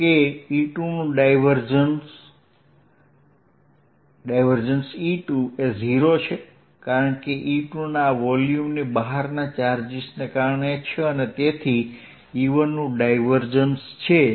જો કે E2 નું ડાયવર્જન્સ ∇E2 એ 0 છે કારણ કે E2 આ વોલ્યુમની બહારના ચાર્જને કારણે છે અને તેથી આ E1 નું ડાયવર્જન્સ છે